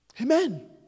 Amen